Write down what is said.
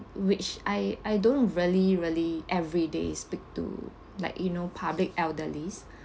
which I I don't really really everyday speak to like you know public elderlies